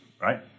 right